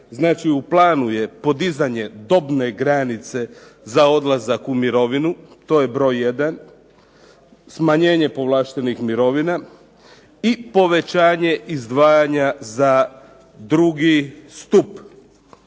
Znači u planu je podizanje dobne granice za odlazak u mirovinu. To je broj jedan. Smanjenje povlaštenih mirovina i povećanje izdvajanja za drugi stup.